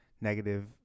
negative